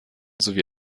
sowie